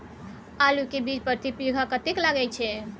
आलू के बीज प्रति बीघा कतेक लागय छै?